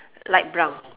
light brown